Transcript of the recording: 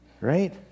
right